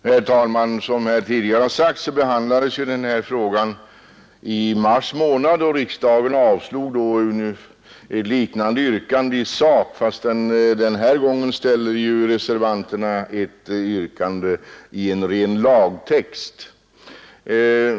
Herr talman! Som tidigare har sagts behandlades denna fråga i mars månad, och riksdagen avslog då ett liknande yrkande i sak. Den här gången ställer reservanterna ett yrkande i en ren lagtext.